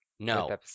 No